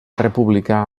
república